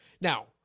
now